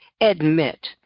admit